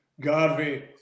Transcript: Garvey